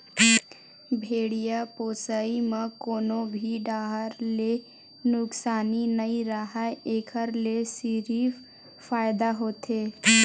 भेड़िया पोसई म कोनो भी डाहर ले नुकसानी नइ राहय एखर ले सिरिफ फायदा होथे